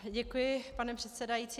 Děkuji, pane předsedající.